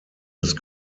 ist